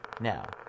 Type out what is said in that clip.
Now